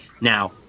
Now